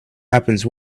happens